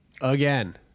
again